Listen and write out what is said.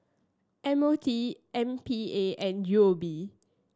M O T M P A and U O B